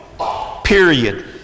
Period